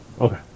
Okay